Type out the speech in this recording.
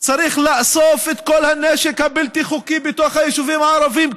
צריך לאסוף את כל הנשק הבלתי-חוקי בתוך היישובים הערביים,